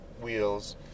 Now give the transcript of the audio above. wheels